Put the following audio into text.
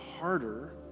harder